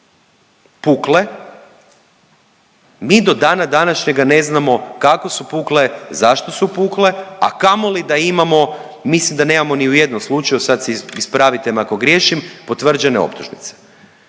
pukle. Mi do dana današnjega ne znamo kako su pukle, zašto su pukle, a kamoli da imamo, mislim da nemamo ni u jednom slučaju, sad ispravite me ako griješim potvrđene optužnice.